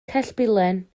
cellbilen